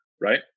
right